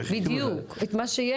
בדיוק, את מה שיש.